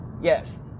Yes